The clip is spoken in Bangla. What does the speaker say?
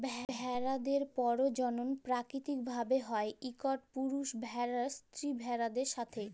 ভেড়াদের পরজলল পাকিতিক ভাবে হ্যয় ইকট পুরুষ ভেড়ার স্ত্রী ভেড়াদের সাথে